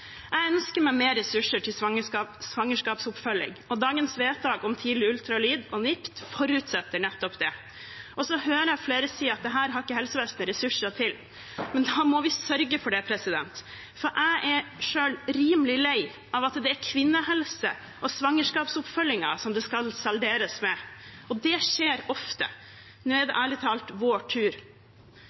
Jeg ønsker meg mer ressurser til svangerskapsoppfølging, og dagens vedtak om tidlig ultralyd og NIPT forutsetter nettopp det. Så hører jeg flere si at dette har ikke helsevesenet ressurser til. Men da må vi sørge for det, for jeg er selv rimelig lei av at det er kvinnehelse og svangerskapsoppfølgingen som det skal salderes med. Det skjer ofte. Nå er det ærlig talt vår tur.